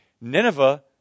Nineveh